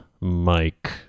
Mike